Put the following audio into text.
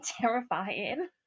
terrifying